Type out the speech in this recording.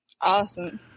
awesome